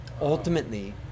ultimately